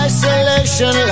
Isolation